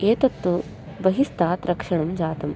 एतत् तु बहिस्तात् रक्षणं जातम्